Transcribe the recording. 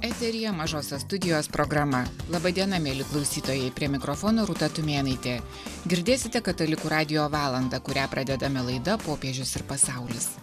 eteryje mažosios studijos programa laba diena mieli klausytojai prie mikrofono rūta tumėnaitė girdėsite katalikų radijo valandą kurią pradedame laida popiežius ir pasaulis